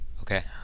Okay